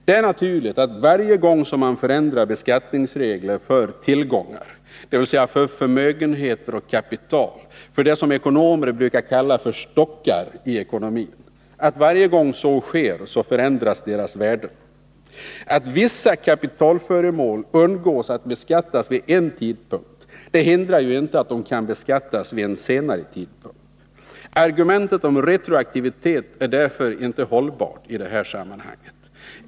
Det är naturligt att varje gång som man förändrar beskattningsregler för tillgångar, förmögenheter och kapital — det som ekonomer brukar kalla för ”stockar” i ekonomin — så förändras deras värden. Att vissa värdeföremål undgår att beskattas vid en tidpunkt hindrar ju inte att de kan beskattas vid en senare tidpunkt. Argumentet om retroaktivitet är därför inte hållbart i detta sammanhang.